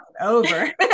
over